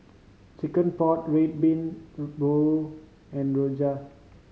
chicken pot Red Bean Bao and rojak